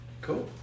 cool